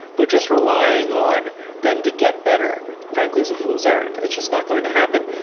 but just relying on them to get better, frankly is a fool's errand, it's just not going to happen.